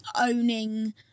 owning